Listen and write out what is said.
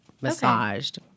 massaged